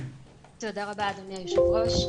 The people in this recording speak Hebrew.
תודה רבה אדוני היושב ראש.